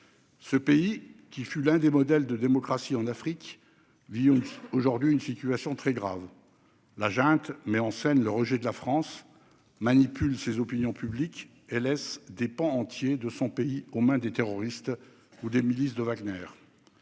Ce pays, qui fut un modèle de démocratie en Afrique, vit aujourd'hui une situation très grave. La junte met en scène le rejet de la France, manipule ses opinions publiques et laisse des pans entiers de son pays aux mains des terroristes ou des milices de Wagner.